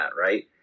right